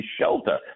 shelter